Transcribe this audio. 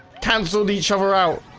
cancelled each other out